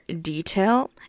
detail